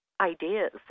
ideas